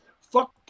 Fuck